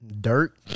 dirt